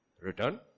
return